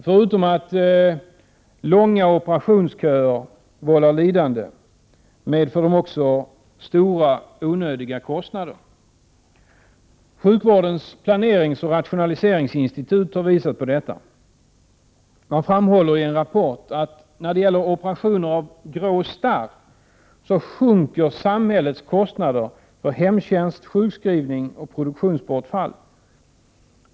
Förutom att långa operationsköer vållar lidande medför de också stora onödiga kostnader. Sjukvårdens planeringsoch rationaliseringsinstitut har visat på detta. Man framhåller i en rapport att när det gäller operationer av grå starr sjunker samhällets kostnader för hemtjänst, sjukskrivning och produktionsbortfall.